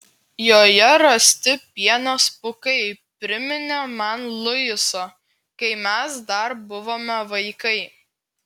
joje rasti pienės pūkai priminė man luisą kai mes dar buvome vaikai